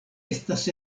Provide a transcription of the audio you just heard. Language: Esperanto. estas